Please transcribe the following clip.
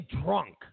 drunk